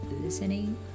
listening